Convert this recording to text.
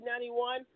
1991